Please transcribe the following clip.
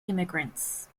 immigrants